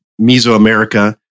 Mesoamerica